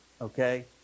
Okay